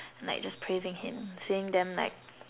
like just praising him seeing them like